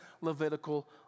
Levitical